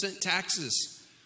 taxes